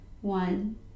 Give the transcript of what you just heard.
One